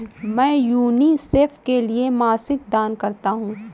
मैं यूनिसेफ के लिए मासिक दान करता हूं